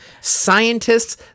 scientists